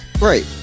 right